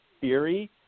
theory